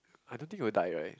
I don't think will die right